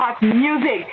Music